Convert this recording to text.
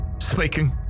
Speaking